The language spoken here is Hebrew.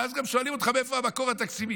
ואז גם שואלים אותך מאיפה המקור התקציבי.